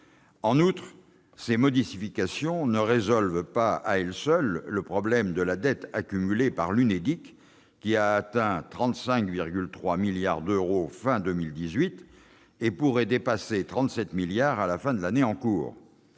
En outre, ces modifications ne résolvent pas à elles seules le problème de la dette accumulée par l'Unédic, qui a atteint 35,3 milliards d'euros à la fin de 2018 et qui pourrait dépasser les 37 milliards d'euros à la fin de l'année en cours.